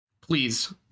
Please